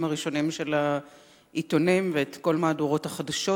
הראשונים של העיתונים ואת כל מהדורות החדשות,